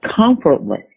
comfortless